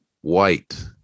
white